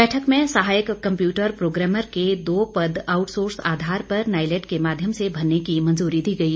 बैठक में सहायक कम्पयूटर प्रोग्रामर के दो पद आउटसोर्स आधार पर नायलेट के माध्यम से भरने की मंजूरी दी गई